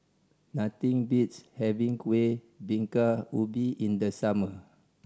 nothing beats having Kueh Bingka Ubi in the summer